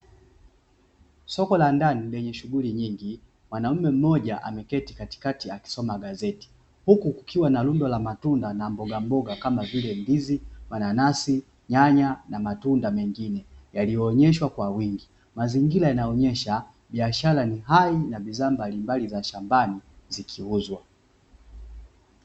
Soko la ndani lenye shughuli nyingi, mwanaume mmoja ameketi katikati akisoma gazeti, huku kukiwa na rundo la matunda na mbogamboga kama vile ndizi, mananasi, nyanya na matunda mengine yaliyoonyeshwa kwa wingi. Mazingira yanaonyesha biashara ni hai na bidhaa mbalimbali za shambani zikiuzwa.